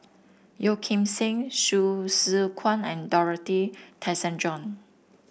Yeo Kim Seng Hsu Tse Kwang and Dorothy Tessensohn